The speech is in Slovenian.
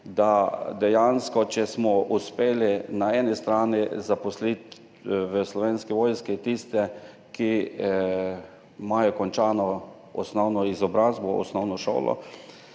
da dejansko, če smo uspeli na eni strani zaposliti v Slovenski vojski tiste, ki imajo končano osnovno izobrazbo, osnovno šolo,